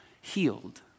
healed